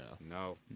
No